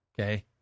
okay